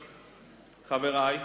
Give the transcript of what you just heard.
חברי,